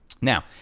Now